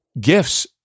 gifts